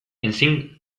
ezin